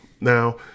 now